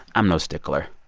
i'm no stickler.